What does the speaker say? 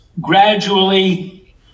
gradually